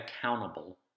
accountable